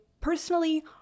personally